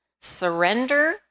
surrender